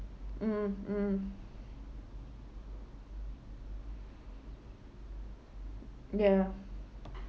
mm mm ya